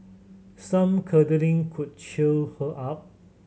some cuddling could cheer her up